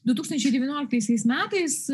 du tūkstančiai devynioliktaisiais metais